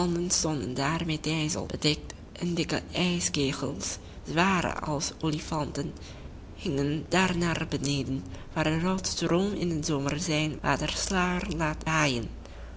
stonden daar met ijzel bedekt en dikke ijskegels zwaar als olifanten hingen daar naar beneden waar de rotsstroom in den zomer zijn watersluier